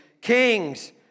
kings